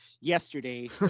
yesterday